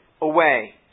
away